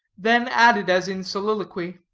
then added as in soliloquy,